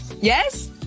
Yes